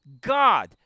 God